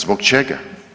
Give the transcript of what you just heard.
Zbog čega?